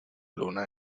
luna